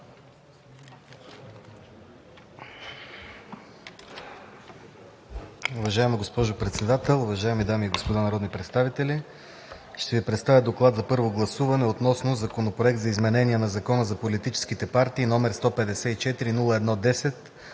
Уважаема госпожо Председател, уважаеми дами и господа народни представители ще Ви представя „ДОКЛАД за първо гласуване относно Законопроект за изменение на Закон за политическите партии, № 154-01-10,